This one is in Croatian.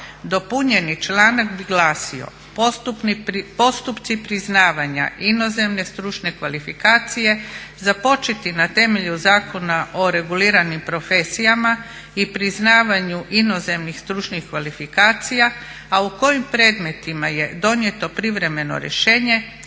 Dopunjeni članak bi glasio: "Postupci priznavanja inozemne stručne kvalifikacije započeti na temelju Zakona o reguliranim profesijama i priznavanju inozemnih stručnih kvalifikacija a u kojim predmetima je donijeto privremeno rješenje